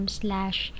slash